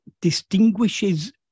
distinguishes